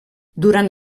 durant